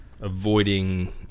avoiding